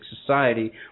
society